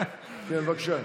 בבקשה.